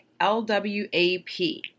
LWAP